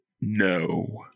no